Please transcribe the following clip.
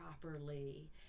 properly